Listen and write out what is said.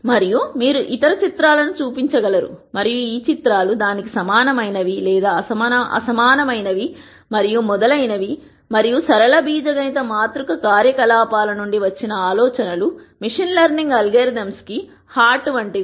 మరియు మీరు ఇతర చిత్రాలను చూపించగలరు మరియు ఈ చిత్రాలు దానికి సమానమైనవి లేదా అసమానమైనవి మరియు మొదలైనవి మరియు సరళ బీజగణిత మాతృక కార్యకలాపాల నుండి వచ్చిన ఆలోచనలుమెషిన్ లెర్నింగ్ అల్గారిథమ్స్ కి గుండె లేదా హార్ట్ వంటివి